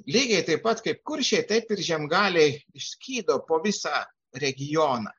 lygiai taip pat kaip kuršiai taip ir žiemgaliai išskydo po visą regioną